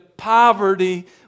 Poverty